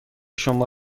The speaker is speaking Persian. شما